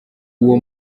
uwo